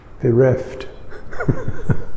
bereft